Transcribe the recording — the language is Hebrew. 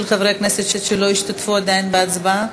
של חברי הכנסת שלא השתתפו עדיין בהצבעה.